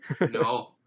No